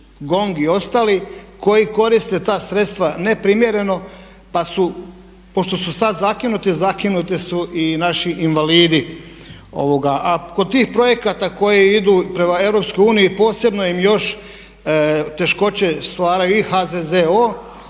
GONG i ostali koji koriste ta sredstva neprimjereno, pa su pošto su sad zakinuti, zakinuti su i naši invalidi. A kod tih projekata koji idu prema EU posebno im još teškoće stvaraju i HZZO